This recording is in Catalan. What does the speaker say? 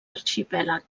arxipèlag